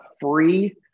free